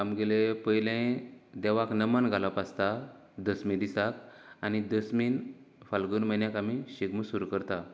आमगेले पयलें देवाक नमन घालप आसता दस्मी दिसाक आनी दस्मीन फाल्गून म्हयन्यांत आमी शिगमो सुरू करता